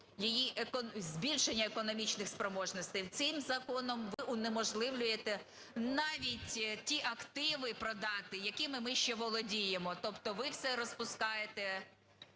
її збільшення економічних спроможностей. Цим законом ви унеможливлюєте навіть ті активі продати, якими ми ще володіємо, тобто ви все розпускаєте,